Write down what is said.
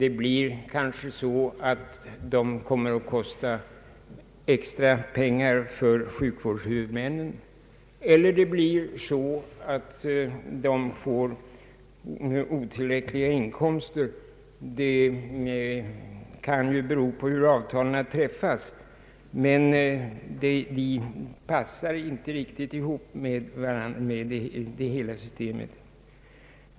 Det blir kanske så att de kommer att kosta extra pengar för sjukvårdshuvudmännen, eller så att de får otillräckliga inkomster, beroende på hur avtalen träffas. De passar emellertid inte riktigt in i systemet.